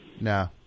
No